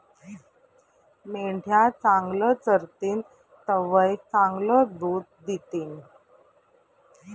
मेंढ्या चांगलं चरतीन तवय चांगलं दूध दितीन